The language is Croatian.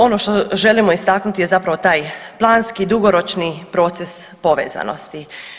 Ono što želimo istaknuti je zapravo taj planski dugoročni proces povezanosti.